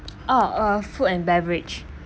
oh uh food and beverage